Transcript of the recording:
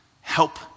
Help